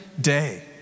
day